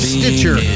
Stitcher